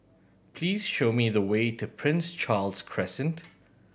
please show me the way to Prince Charles Crescent